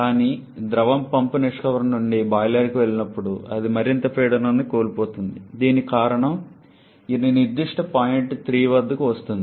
కానీ ద్రవం పంప్ నిష్క్రమణ నుండి బాయిలర్కు వెళ్ళినప్పుడు అది మరింత పీడనం ని కోల్పోతుంది దీని కారణంగా ఇది ఈ నిర్దిష్ట పాయింట్ 3కి వస్తుంది